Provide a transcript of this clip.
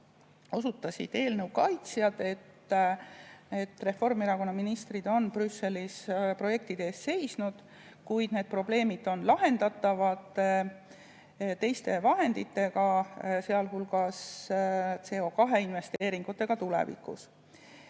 osutasid veel sellele, et Reformierakonna ministrid on Brüsselis projektide eest seisnud, kuid need probleemid on lahendatavad teiste vahenditega, sealhulgas CO2investeeringutega tulevikus.